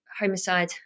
homicide